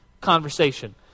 conversation